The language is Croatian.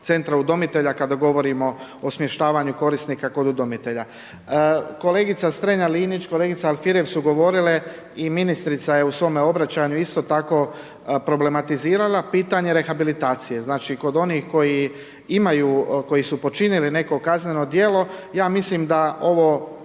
centra udomitelja kada govorimo o smještavanja korisnika kod udomitelja. Kolegica Strenja Linić, kolegica Alfirev su govorile i ministrica je u svome obraćanju isto tako problematizirala pitanje rehabilitacije. Znači kod onih koji imaju, koji su počinili neko kazneno djelo, ja mislim da je